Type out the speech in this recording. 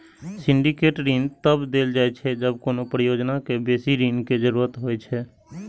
syndicate ऋण तब देल जाइ छै, जब कोनो परियोजना कें बेसी ऋण के जरूरत होइ छै